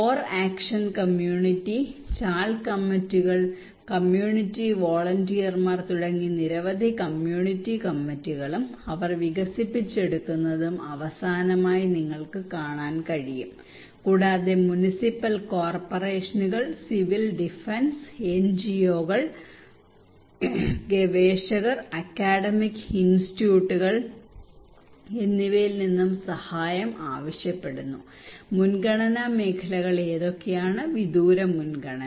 core action community ചാൾ കമ്മിറ്റികൾ community വോളന്റിയർമാർ തുടങ്ങി നിരവധി കമ്മ്യൂണിറ്റി കമ്മറ്റികളും അവർ വികസിപ്പിച്ചെടുക്കുന്നതും അവസാനമായി നിങ്ങൾക്ക് കാണാൻ കഴിയും കൂടാതെ മുനിസിപ്പൽ കോർപ്പറേഷനുകൾ സിവിൽ ഡിഫൻസ് എൻജിഒകൾ ഗവേഷകർ അക്കാദമിക് ഇൻസ്റ്റിറ്റ്യൂട്ടുകൾ എന്നിവയിൽ നിന്നും സഹായം ആവശ്യപ്പെടുന്നു മുൻഗണനാ മേഖലകൾ എന്തൊക്കെയാണ് വിദൂര മുൻഗണന